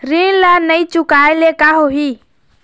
ऋण ला नई चुकाए ले का होही?